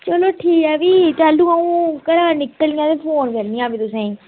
चलो ठीक ऐ भी जेल्लै घरा बाहर निकलनी आं ते तैलूं फोन करनी आं उसगी